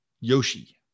Yoshi